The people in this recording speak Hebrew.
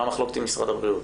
מה המחלוקת עם משרד הבריאות?